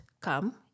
come